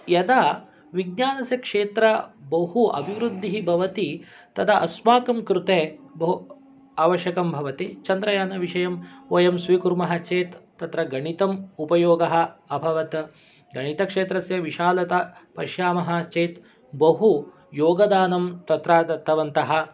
यदा विज्ञानस्य क्षेत्रे बहु अभिवृद्धिः भवति तदा अस्माकं कृते बहु आवश्यकं भवति चन्द्रयान विषयं वयं स्वीकुर्मः चेत् तत्र गणितं उपयोगः अभवत् गणितक्षेत्रस्य विशालता पश्यामः चेत् बहुयोगदानं तत्र दत्तवन्तः